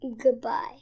Goodbye